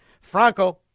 Franco